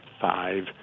five